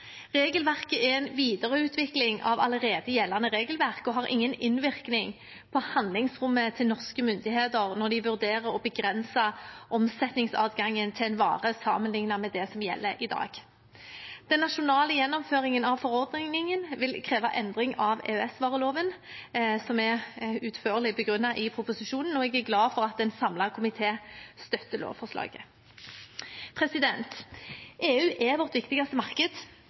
Regelverket er en videreutvikling av allerede gjeldende regelverk og har ingen innvirkning på handlingsrommet til norske myndigheter når de vurderer å begrense omsetningsadgangen til en vare, sammenlignet med det som gjelder i dag. Den nasjonale gjennomføringen av forordningen vil kreve endring av EØS-vareloven, som er utførlig begrunnet i proposisjonen, og jeg er glad for at en samlet komité støtter lovforslaget. EU er vårt viktigste marked,